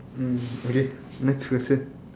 mm okay next question